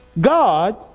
God